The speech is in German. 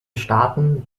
staaten